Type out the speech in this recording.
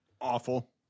awful